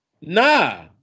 Nah